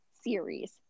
series